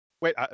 Wait